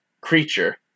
creature